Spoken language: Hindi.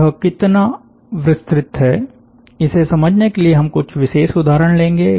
यह कितना विस्तृत है इसे समझने के लिए हम कुछ विशेष उदाहरण लेंगे